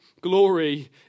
glory